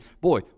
boy